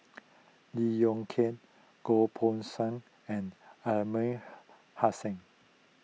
Lee Yong Kiat Goh Poh Seng and Aliman Hassan